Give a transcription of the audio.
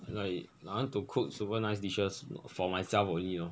like I want to cook super nice dishes for myself only you know